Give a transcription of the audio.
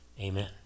Amen